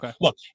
Look